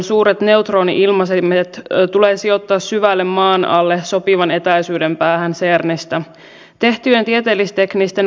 siinä tilanteessahan me nyt olemme mikä on jäänyt perintönä tästä ja nyt on tehtävä korjaavia liikkeitä